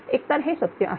एकतर ते सत्य आहे